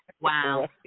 Wow